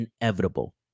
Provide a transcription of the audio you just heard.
inevitable